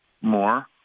more